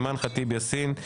אימאן ח'טיב יאסין,